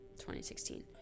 2016